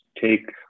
take